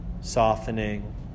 softening